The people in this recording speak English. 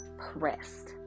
pressed